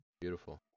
Beautiful